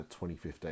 2015